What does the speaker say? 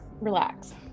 Relax